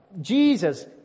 jesus